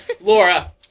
Laura